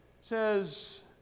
says